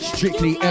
Strictly